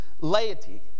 Laity